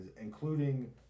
including